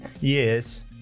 Yes